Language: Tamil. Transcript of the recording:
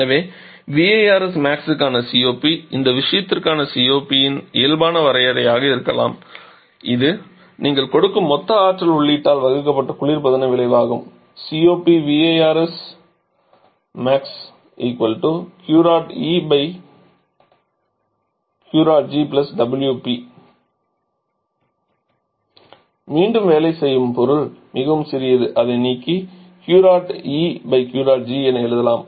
எனவே இந்த VARSmax க்கான COP இந்த விஷயத்திற்கான COP இன் இயல்பான வரையறையாக இருக்கும் இது நீங்கள் கொடுக்கும் மொத்த ஆற்றல் உள்ளீட்டால் வகுக்கப்பட்ட குளிர்பதன விளைவு ஆகும் மீண்டும் வேலை செய்யும் பொருள் மிகவும் சிறியது அதை நீக்கி என எழுதலாம்